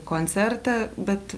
koncertą bet